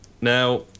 Now